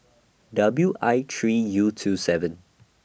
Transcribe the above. W I three U two seven